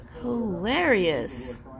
hilarious